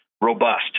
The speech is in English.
robust